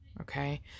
Okay